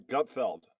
Gutfeld